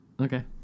Okay